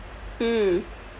mm